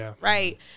right